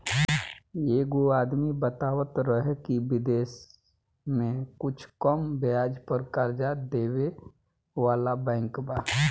एगो आदमी बतावत रहे की बिदेश में कुछ कम ब्याज पर कर्जा देबे वाला बैंक बा